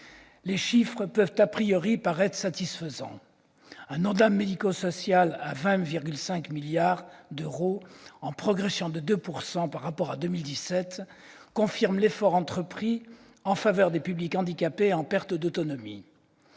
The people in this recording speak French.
Les chiffres peuvent paraître satisfaisants. Un ONDAM médico-social à 20,5 milliards d'euros, en progression de 2 % par rapport à 2017, confirme l'effort entrepris en faveur des publics handicapés et en perte d'autonomie.